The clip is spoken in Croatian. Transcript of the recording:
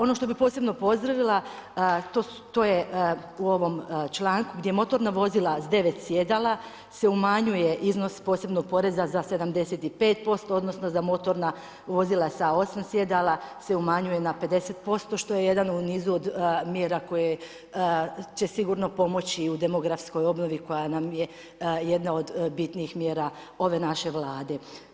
Ono što bih posebno pozdravila, to je u ovom članku, gdje motorna vozila sa 9 sjedala se umanjuje iznos posebnog poreza za 75%, odnosno, za motorna vozila, sa 8 sjedala se umanjuje na 50% što je jedan u nizu od mjera koje će sigurno pomoći u demografskoj obnovi koja nam je jedna od bitnijih mjera ove naše Vlade.